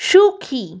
সুখী